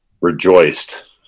rejoiced